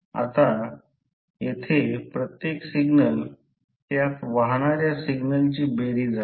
अशा प्रकारे saturation flux density B r आहे